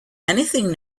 anything